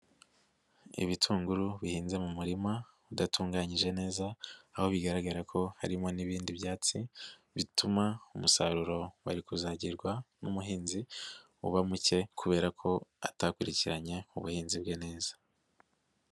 Ibitunguru bihinze mu murima udatunganyije neza, aho bigaragara ko harimo n'ibindi byatsi, bituma umusaruro wari kuzagirwa n'umuhinzi uba muke kubera ko atakurikiranye ubuhinzi bwe neza.